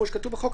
כמו שכתוב בחוק,